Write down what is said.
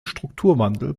strukturwandel